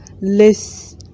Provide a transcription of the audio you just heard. less